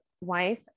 wife